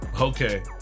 Okay